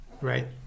Right